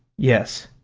yes,